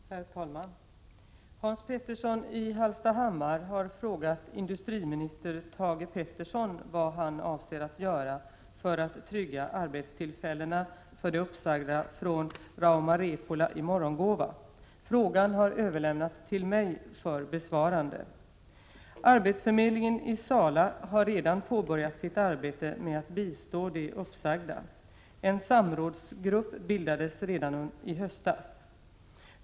Herr talman! Hans Petersson i Hallstahammar har frågat industriminister Thage G Peterson vad han avser att göra för att trygga arbetstillfällena för de uppsagda från Rauma-Repola i Morgongåva. Frågan har överlämnats till mig för besvarande. Arbetsförmedlingen i Sala har redan påbörjat sitt arbete med att bistå de uppsagda. En samrådsgrupp bildades redan i höstas.